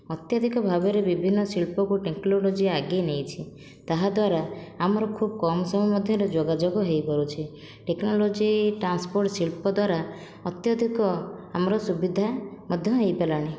ଅତ୍ୟାଧିକ ଭାବରେ ବିଭିନ୍ନ ଶିଳ୍ପକୁ ଟେକ୍ନୋଲୋଜି ଆଗେଇ ନେଇଛି ତାହା ଦ୍ଵାରା ଆମର ଖୁବ କମ ସମୟ ମଧ୍ୟରେ ଯୋଗାଯୋଗ ହୋଇପାରୁଛି ଟେକ୍ନୋଲୋଜି ଟ୍ରାନ୍ସପୋର୍ଟ ଶିଳ୍ପ ଦ୍ଵାରା ଅତ୍ୟଧିକ ଆମର ସୁବିଧା ମଧ୍ୟ ହୋଇ ପାରଲାଣି